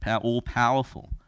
all-powerful